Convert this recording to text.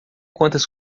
quantas